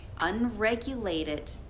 unregulated